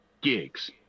gigs